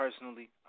personally